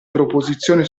proposizione